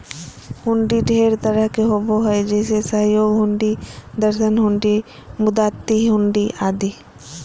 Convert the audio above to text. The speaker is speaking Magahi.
हुंडी ढेर तरह के होबो हय जैसे सहयोग हुंडी, दर्शन हुंडी, मुदात्ती हुंडी आदि